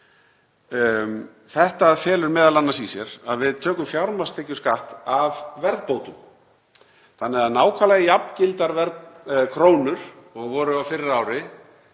Þetta felur m.a. í sér að við tökum fjármagnstekjuskatt af verðbótum, þannig að nákvæmlega jafngildar krónur og voru á fyrra ári